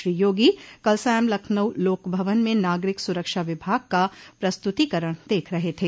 श्री योगी कल सायं लखनऊ लोकभवन में नागरिक सुरक्षा विभाग का प्रस्तुतीकरण देख रहे थे